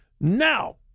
Now